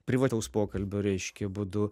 privataus pokalbio reiškia būdu